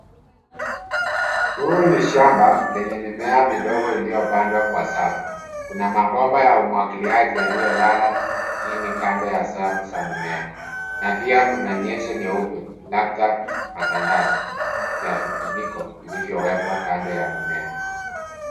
Huu ni shamba, lenye mimea midogo iliyopandwa kwa safu, kuna mabomba ya umwangiliaji yaliolala chini kando ya safu za mimea, na pia kuna nyezo nyeupe, labda matandazo, ya vifuniko, vilivyowekwa kando ya mimea.